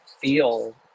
feel